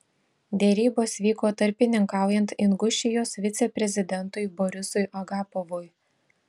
derybos vyko tarpininkaujant ingušijos viceprezidentui borisui agapovui